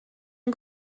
ein